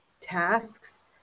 tasks